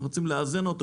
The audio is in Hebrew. אנחנו רוצים לאזן אותו.